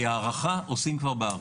הארכה עושים כבר בארץ.